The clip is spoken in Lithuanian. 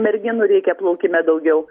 merginų reikia plaukime daugiau